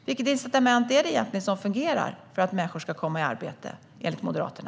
Vilket incitament är det egentligen som fungerar för att människor ska komma i arbete, enligt Moderaterna?